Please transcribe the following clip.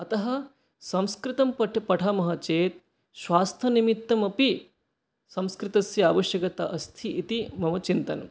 अतः संस्कृतं पठामः चेत् स्वास्थ्यनिमित्तमपि संस्कृतस्य आवश्यकता अस्ति इति मम चिन्तनम्